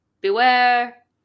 Beware